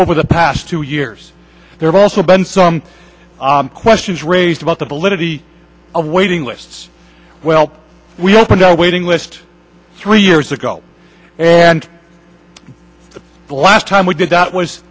over the past two years there's also been some questions raised about the validity of waiting lists well we opened our waiting list three years ago and the last time we did that was